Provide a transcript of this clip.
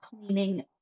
cleaning